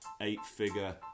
eight-figure